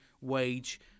Wage